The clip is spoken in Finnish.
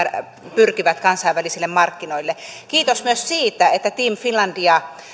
pyrkivät kansainvälisille markkinoille kiitos myös siitä että team finlandia